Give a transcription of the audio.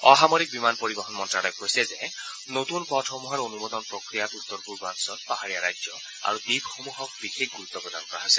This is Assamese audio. অসামৰিক বিমান পৰিৱহন মন্ত্যালয়ে কৈছে যে নতুন পথসমূহৰ অনুমোদন প্ৰক্ৰিয়াত উত্তৰ পূৰ্বাঞ্চল পাহাৰীয়া ৰাজ্য আৰু দ্বীপসমূহক বিশেষ গুৰুত্ প্ৰদান কৰা হৈছে